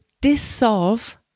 dissolve